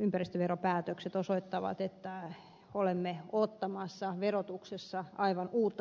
ympäristöveropäätökset osoittavat että olemme ottamassa verotuksessa aivan uutta suuntaa